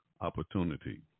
opportunity